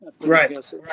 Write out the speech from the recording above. Right